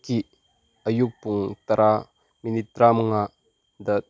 ꯀꯤ ꯑꯌꯨꯛ ꯄꯨꯡ ꯇꯔꯥ ꯃꯤꯅꯤꯠ ꯇꯔꯥ ꯃꯉꯥꯗ